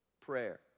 prayer